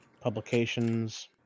publications